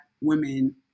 women